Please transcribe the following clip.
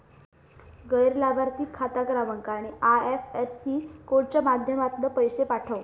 गैर लाभार्थिक खाता क्रमांक आणि आय.एफ.एस.सी कोडच्या माध्यमातना पैशे पाठव